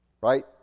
Right